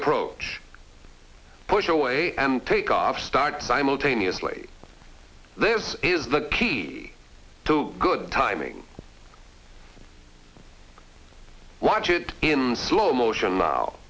approach push away and take off start simultaneously this is the key to good timing watch it in slow motion